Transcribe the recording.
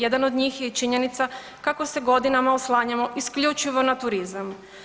Jedan od njih je i činjenica kako se godinama oslanjamo isključivo na turizam.